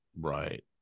Right